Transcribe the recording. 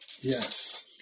Yes